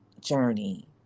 journey